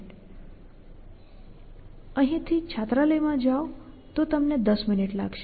અહીંથી છાત્રાલયમાં જાવ તો તમને 10 મિનિટ લાગશે